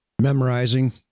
memorizing